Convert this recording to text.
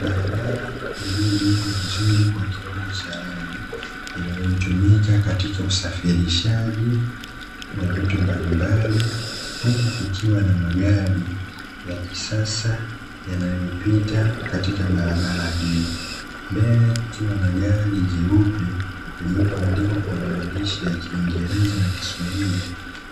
Barabara iliyojengwa vizuri kwa kiwango cha lami, inayotumika katika usafirishaji wa vitu mbalimbali, huku kukiwa na magari ya kisasa yanayopita katika barabara hiyo. Mbele kukiwa na gari jeupe lililoandikwa kwa maandishi ya kiingereza na kiswahili,